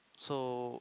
so